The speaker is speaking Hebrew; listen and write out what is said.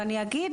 אני גם אגיד,